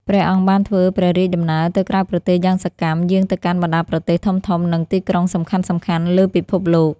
ព្រះអង្គបានធ្វើព្រះរាជដំណើរទៅក្រៅប្រទេសយ៉ាងសកម្ម យាងទៅកាន់បណ្ដាប្រទេសធំៗ និងទីក្រុងសំខាន់ៗលើពិភពលោក។